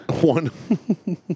One